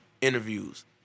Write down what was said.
interviews